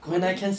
coding